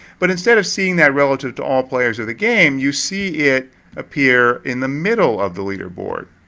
but instead of seeing that relative to all players of the game, you see it appear in the middle of the leaderboard.